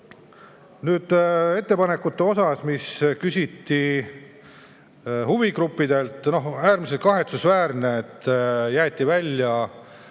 Nüüd ettepanekutest, mida küsiti huvigruppidelt. On äärmiselt kahetsusväärne, et jäeti välja